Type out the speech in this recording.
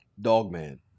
Dogman